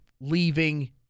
leaving